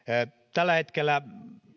tällä hetkellä